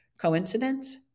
Coincidence